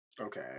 Okay